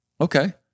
Okay